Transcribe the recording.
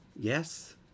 Yes